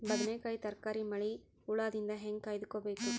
ಬದನೆಕಾಯಿ ತರಕಾರಿ ಮಳಿ ಹುಳಾದಿಂದ ಹೇಂಗ ಕಾಯ್ದುಕೊಬೇಕು?